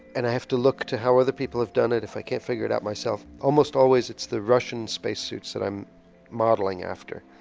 and i have to look to how other people have done it if i can't figure it myself. almost always it's the russian space suits that i'm modeling after.